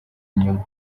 inyuma